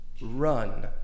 Run